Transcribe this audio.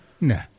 No